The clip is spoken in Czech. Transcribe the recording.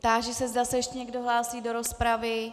Táži se, zda se ještě někdo hlásí do rozpravy?